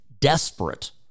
desperate